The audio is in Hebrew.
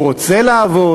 הוא רוצה לעבוד,